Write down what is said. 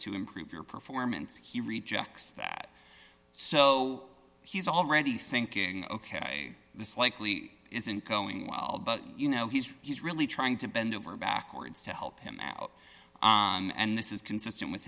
to improve your performance he rejects that so he's already thinking ok this likely isn't going well but you know he's he's really trying to bend over backwards to help him out and this is consistent with